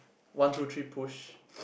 one two three push